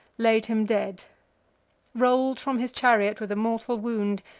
laid him dead roll'd from his chariot with mortal wound,